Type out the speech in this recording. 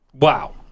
Wow